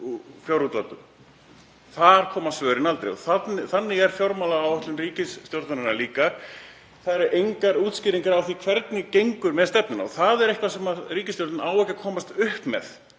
Þar fáum við aldrei svör. Þannig er fjármálaáætlun ríkisstjórnarinnar líka. Það eru engar útskýringar á því hvernig gengur með stefnuna og það er eitthvað sem ríkisstjórnin á ekki að komast upp með,